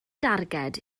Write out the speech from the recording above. darged